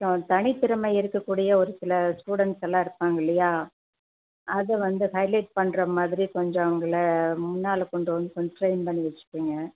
அப்புறோம் தனித்திறமை இருக்கக்கூடிய ஒரு சில ஸ்டூடண்ட்ஸ் எல்லாம் இருப்பாங்க இல்லயா அதை வந்து ஹைலைட் பண்ணுற மாதிரி கொஞ்சம் அவங்கள முன்னால் கொண்டு வந்து பண்ணி வச்சுக்குங்க